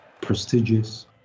prestigious